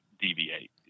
deviate